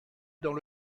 dans